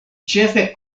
ĉefe